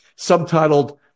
subtitled